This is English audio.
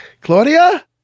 Claudia